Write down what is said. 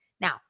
Now